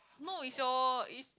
no is your is